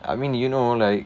I mean you know like